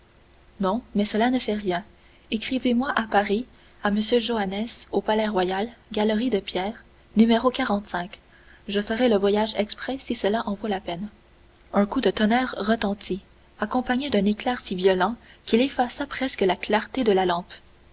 non mais cela ne fait rien écrivez-moi à paris à m joannès au palais-royal galerie de pierre n je ferai le voyage exprès si cela en vaut la peine un coup de tonnerre retentit accompagné d'un éclair si violent qu'il effaça presque la clarté de la lampe